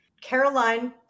Caroline